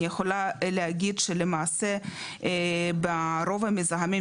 אני יכולה להגיד שלמעשה ברוב המזהמים,